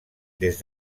des